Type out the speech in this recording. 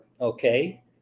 okay